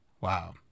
wow